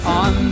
on